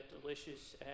delicious